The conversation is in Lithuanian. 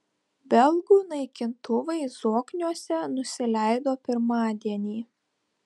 belgų naikintuvai zokniuose nusileido pirmadienį